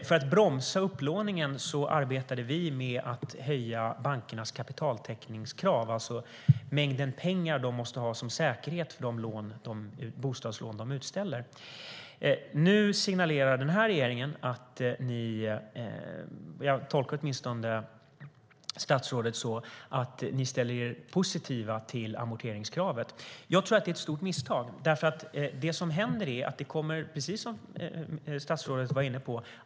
För att bromsa upplåningen arbetade vi med att höja bankernas kapitaltäckningskrav, det vill säga mängden pengar de måste ha som säkerhet för de bostadslån de utställer. Nu signalerar ni i regeringen - jag tolkar åtminstone statsrådet så - att ni ställer er positiva till amorteringskravet. Jag tror att det är ett stort misstag. Det kommer att slå mot konsumtionen, som statsrådet själv var inne på.